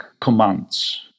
commands